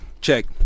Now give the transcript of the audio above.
check